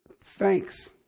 thanks